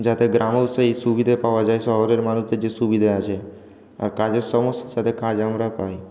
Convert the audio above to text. যাতে গ্রামেও সেই সুবিধা পাওয়া যায় শহরের মানুষদের যে সুবিধা আছে আর কাজের সমস্যা যাতে কাজ আমরা পাই